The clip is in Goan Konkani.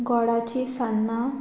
गोडाची सान्नां